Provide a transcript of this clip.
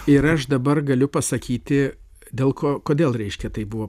ir aš dabar galiu pasakyti dėl ko kodėl reiškia taip buvo